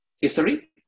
history